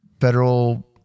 federal